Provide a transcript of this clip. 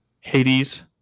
Hades